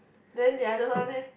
then the other one eh